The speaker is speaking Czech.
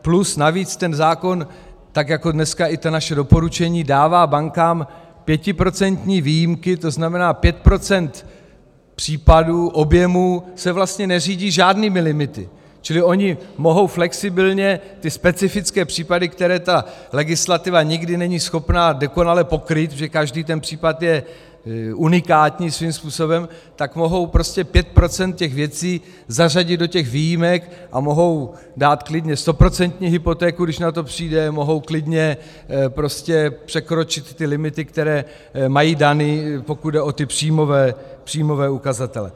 Plus navíc ten zákon, tak jako dneska i ta naše doporučení, dává bankám pětiprocentní výjimky, tzn. pět procent případů, objemu, se vlastně neřídí žádnými limity, čili oni mohou flexibilně pokrýt ty specifické případy, které ta legislativa nikdy není schopna dokonale pokrýt, protože každý ten případ je unikátní svým způsobem, tak mohou prostě pět procent těch věcí zařadit do těch výjimek a mohou dát klidně 100 % hypotéku, když na to přijde, mohou klidně překročit ty limity, které mají dané, pokud jde o ty příjmové ukazatele.